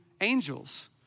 angels